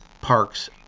Parks